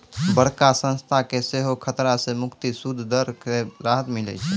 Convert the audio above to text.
बड़का संस्था के सेहो खतरा से मुक्त सूद दर से राहत मिलै छै